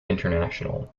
international